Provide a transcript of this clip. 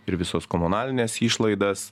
ir visos komunalines išlaidas